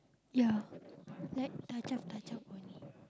ya like touch up touch up only